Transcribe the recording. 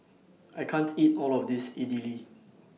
I can't eat All of This Idili